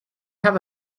have